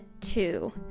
two